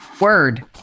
Word